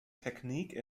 technique